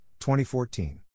2014